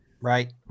Right